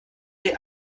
ihr